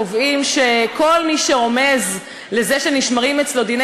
קובעים שכל מי שרומז לזה שנשמרים אצלו דיני